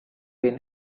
been